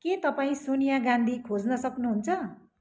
के तपाईँ सोनिया गान्धी खोज्न सक्नुहुन्छ